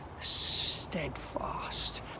steadfast